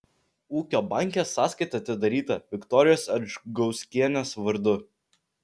ūkio banke sąskaita atidaryta viktorijos adžgauskienės vardu